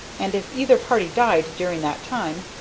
and, if either party died during that time,